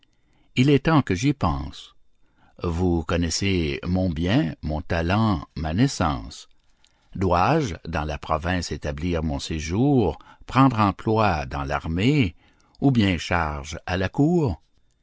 il est temps que j'y pense vous connaissez mon bien mon talent ma naissance dois-je dans la province établir mon séjour prendre emploi dans l'armée ou bien charge à la cour